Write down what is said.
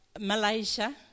Malaysia